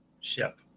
ship